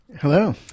Hello